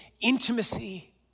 intimacy